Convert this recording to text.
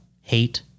hate